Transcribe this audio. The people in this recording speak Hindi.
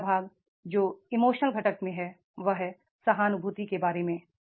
तीसरा भाग जो इमोशनल घटक में है वह है सहानुभूति के बारे में